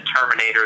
terminator